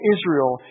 Israel